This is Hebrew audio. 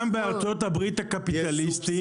גם בארה"ב הקפיטליסטית,